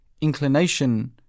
inclination